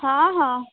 ହଁ ହଁ